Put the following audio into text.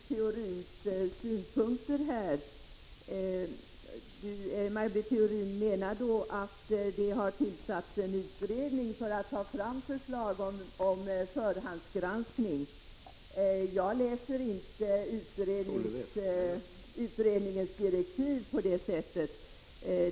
Herr talman! Jag har några funderingar kring de synpunkter Maj Britt Theorin framfört. Maj Britt Theorin säger att det tillsatts en utredning för att ta fram förslag om förhandsgranskning. Jag läser inte utredarens direktiv på det sättet.